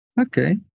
Okay